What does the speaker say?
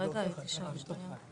מי בעד, מי נגד, מי נמנע?